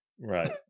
right